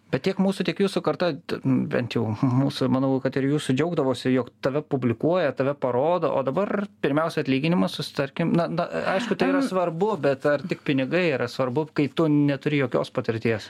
bet tiek mūsų tiek jūsų karta bent jau mūsų manau kad ir jūsų džiaugdavosi jog tave publikuoja tave parodo o dabar pirmiausia atlyginimas susitarkim na na aišku tai yra svarbu bet ar tik pinigai yra svarbu kai tu neturi jokios patirties